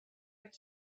get